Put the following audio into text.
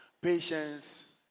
patience